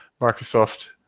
Microsoft